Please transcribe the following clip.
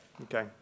Okay